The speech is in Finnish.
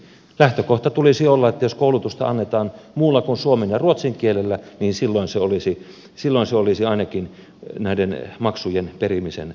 lähtökohdan tulisi olla että jos koulutusta annetaan muulla kuin suomen ja ruotsin kielellä niin silloin se olisi ainakin näiden maksujen perimisen alaista toimintaa